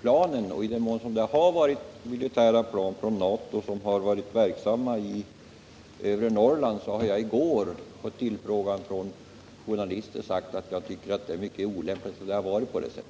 plan från NATO skulle ha varit verksamma i övre Norrland, vill jag svara att jag i går på förfrågan från journalister sagt att det är mycket olämpligt att det varit på det sättet.